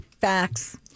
facts